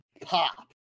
pop